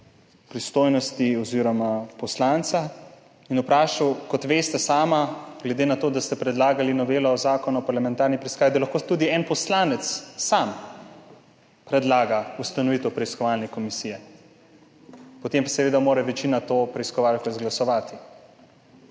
pristojnosti poslanca in vprašal, kot veste sami, glede na to, da ste predlagali novelo Zakona o parlamentarni preiskavi, da lahko tudi en poslanec sam predlaga ustanovitev preiskovalne komisije, potem pa seveda mora večina to preiskovalko izglasovati.